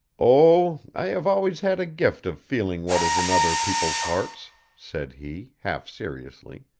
oh, i have always had a gift of feeling what is in other people's hearts said he, half seriously.